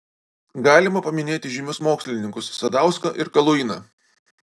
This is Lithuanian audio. galima paminėti žymius mokslininkus sadauską ir kaluiną